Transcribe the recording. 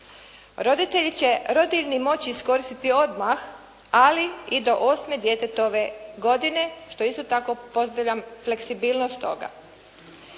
Roditelji će rodiljni moći iskoristiti odmah, ali i do osme djetetove godine, što isto tako pozdravljam fleksibilnost toga.